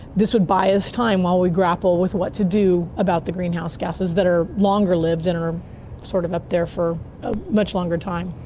this would buy us time while we grapple with what to do about the greenhouse gases that are longer-lived and are sort of up there for a much longer time.